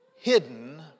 hidden